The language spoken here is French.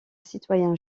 citoyens